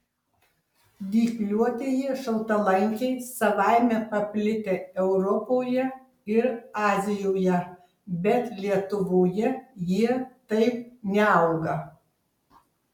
dygliuotieji šaltalankiai savaime paplitę europoje ir azijoje bet lietuvoje jie taip neauga